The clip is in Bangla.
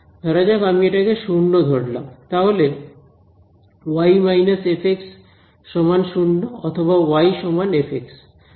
ধরা যাক আমি এটাকে শূন্য ধরলাম তাহলে y f0 অথবা yf